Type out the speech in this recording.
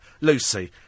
Lucy